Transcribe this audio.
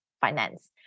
finance